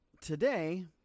today